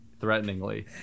threateningly